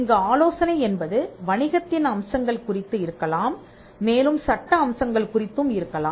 இங்கு ஆலோசனை என்பது வணிகத்தின் அம்சங்கள் குறித்து இருக்கலாம் மேலும் சட்ட அம்சங்கள் குறித்தும் இருக்கலாம்